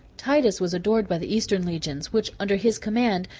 titus was adored by the eastern legions, which, under his command,